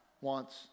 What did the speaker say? Wants